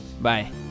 Bye